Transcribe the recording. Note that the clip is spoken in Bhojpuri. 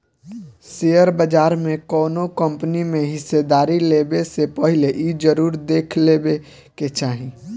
शेयर बाजार में कौनो कंपनी में हिस्सेदारी लेबे से पहिले इ जरुर देख लेबे के चाही